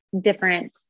different